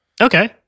Okay